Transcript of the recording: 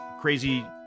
crazy